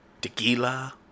tequila